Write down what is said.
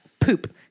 poop